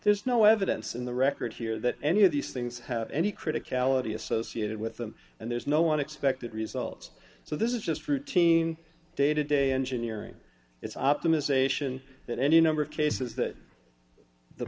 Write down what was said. there's no evidence in the record here that any of these things have any critic ality associated with them and there's no one expected results so this is just routine day to day engineering its optimization that any number of cases that the